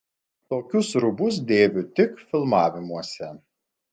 tokius rūbus dėviu tik filmavimuose